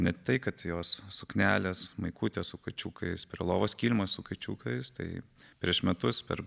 net tai kad jos suknelės maikutės su kačiukais prie lovos kilimas su kačiukais tai prieš metus per